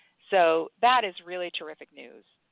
so that is really terrific news.